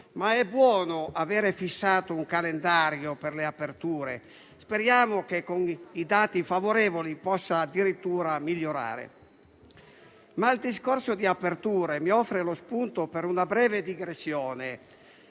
buona cosa avere fissato un calendario per le aperture; speriamo che, con i dati favorevoli, la situazione possa addirittura migliorare. Il discorso sulle aperture mi offre lo spunto per una breve digressione.